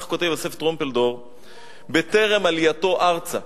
כך כותב יוסף טרומפלדור טרם עלייתו ארצה.